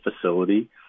facility